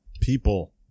people